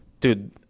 Dude